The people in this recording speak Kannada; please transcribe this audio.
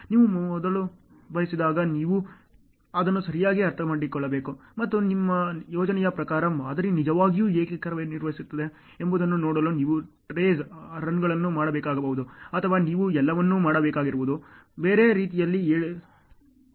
ನೀವು ಮಾಡಲು ಬಯಸಿದಾಗ ನೀವು ಅದನ್ನು ಸರಿಯಾಗಿ ಅರ್ಥಮಾಡಿಕೊಳ್ಳಬೇಕು ಮತ್ತು ನಿಮ್ಮ ಯೋಜನೆಯ ಪ್ರಕಾರ ಮಾದರಿ ನಿಜವಾಗಿಯೂ ಹೇಗೆ ಕಾರ್ಯನಿರ್ವಹಿಸುತ್ತಿದೆ ಎಂಬುದನ್ನು ನೋಡಲು ನೀವು ಟ್ರೇಸ್ ರನ್ಗಳನ್ನು ಮಾಡಬೇಕಾಗಬಹುದು ಅಥವಾ ನೀವು ಎಲ್ಲವನ್ನೂ ಮಾಡಬೇಕಾಗಿರುವುದು ಬೇರೆ ರೀತಿಯಲ್ಲಿ ಹೋಗುತ್ತಿದೆಯೇ